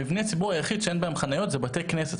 מבני הציבור היחידים שאין בהם חניות זה בתי כנסת.